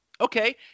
Okay